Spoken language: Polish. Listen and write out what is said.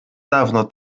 dawno